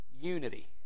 Unity